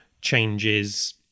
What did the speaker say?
changes